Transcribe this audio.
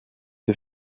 des